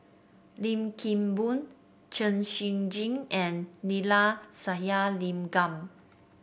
Lim Kim Boon Chen Shiji and Neila Sathyalingam